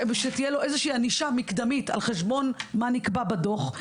ושתהיה לו איזושהי ענישה מקדמית על חשבון מה שנקבע בדו"ח.